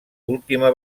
última